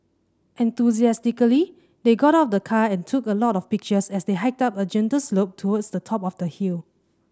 enthusiastically they got out of the car and took a lot of pictures as they hiked up a gentle slope towards the top of the hill